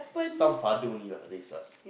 some father only lah raise us